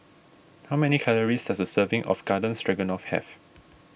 how many calories does a serving of Garden Stroganoff have